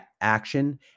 action